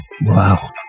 Wow